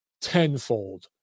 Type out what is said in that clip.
tenfold